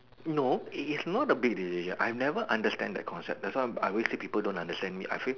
no it it's not a big decision I've never understand that concept that's why I I say people don't understand me I say